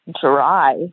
dry